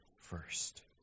first